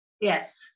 Yes